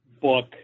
Book